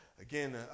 again